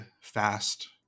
fast